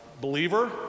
believer